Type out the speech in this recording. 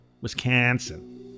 Wisconsin